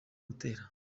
gutera